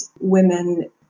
women